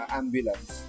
ambulance